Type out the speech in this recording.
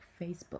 Facebook